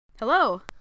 Hello